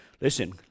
Listen